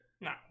No